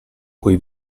cui